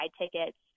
tickets